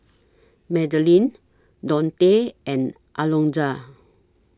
Madilynn Dontae and Alonzo